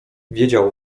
wiedział